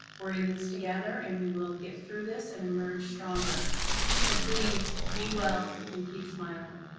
we're in this together and we will get through this and emerge stronger so please be well and keep smiling!